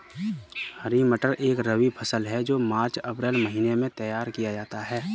हरी मटर एक रबी फसल है जो मार्च अप्रैल महिने में तैयार किया जाता है